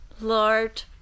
Lord